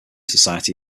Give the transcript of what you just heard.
society